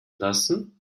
lassen